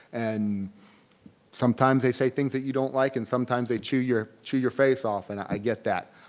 and sometimes they say things that you don't like and sometimes they chew your chew your face off, and i get that.